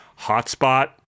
hotspot